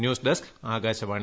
news desk Akashvani